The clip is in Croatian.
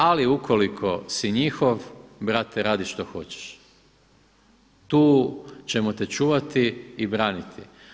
Ali ukoliko si njihov, brate radi što hoćeš, tu ćemo te čuvati i braniti.